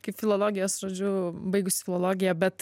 kaip filologijos žodžiu baigusi filologiją bet